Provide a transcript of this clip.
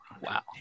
Wow